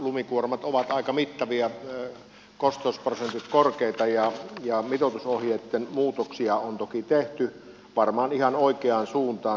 lumikuormat ovat aika mittavia kosteusprosentit korkeita ja mitoitusohjeitten muutoksia on toki tehty varmaan ihan oikeaan suuntaan